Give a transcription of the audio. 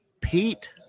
Pete